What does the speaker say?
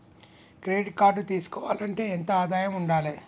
Credit card తీసుకోవాలంటే ఎంత ఆదాయం ఉండాలే?